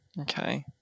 Okay